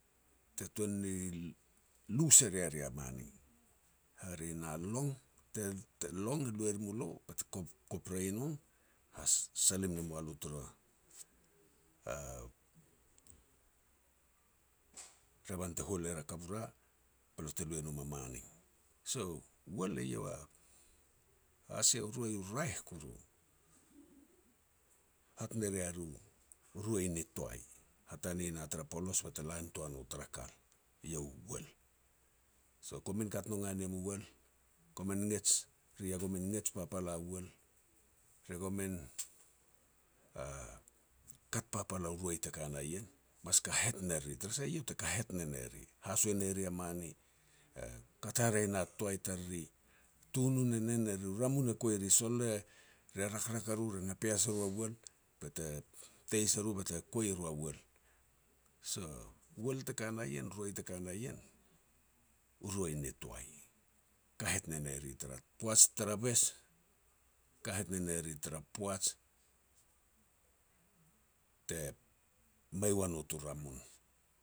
te tuan ni lu se rea ri a mani. Hare na long te-te long lu e rim u long bete koprei e nom, ha salim ne mua lo tara revan te hol er a kavura be lo te lu e nom a mani. So uel iau asia u roi u raeh koru, hat ne ria ru u roi ni toai. Hatane na tara polos bete la nitoa no tara kal, eiau u uel. So komin kat nonga niem u uel, komin ngets, ri ia komin ngets papal a uel, ri ia gomin kat papal u roi te ka na ien, mas kahet ne riri, tara sah iau te kahet nene ri. Haso e ne ri a mani, kat haraeh e na toi tariri, tunun e nen er, u ramun e kuai riri, sol le re rakrak a ru re na pias e ru a uel bete teis e ru bete kuai e ru a uel. So uel te ka na ien roi te ka na ien, u roi ni toai. Kahet nene ri tara poaj tara bes, kahet nene ri tara poaj te mei ua no tu ramun.